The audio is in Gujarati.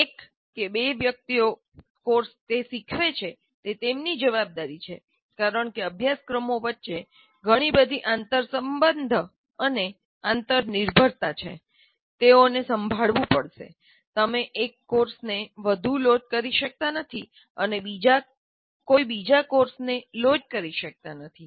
તે એક કે બે વ્યક્તિઓ તે કોર્સ શીખવે છે તે તેમની જવાબદારીછે કારણકે અભ્યાસક્રમો વચ્ચે ઘણીબધી આંતરસંબંધ અને આંતરનિર્ભરતા છે તેઓને સંભાળવું પડશે તમે એક કોર્સને વધુ લોડ કરી શકતા નથી અને કોઈ બીજા કોર્સને લોડ કરી શકતા નથી